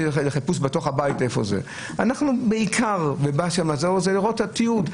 רוצים בעיקר לראות את התיעוד.